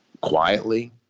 quietly